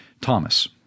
Thomas